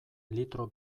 litro